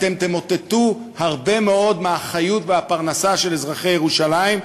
אתם תמוטטו הרבה מאוד מהחיוּת ומהפרנסה של אזרחי ירושלים.